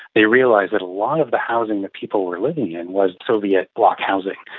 they realised that a lot of the housing that people were living in was soviet bloc housing.